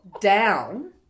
down